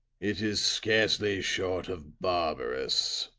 it is scarcely short of barbarous.